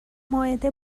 مائده